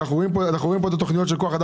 אנחנו רואים כאן את תכניות כוח האדם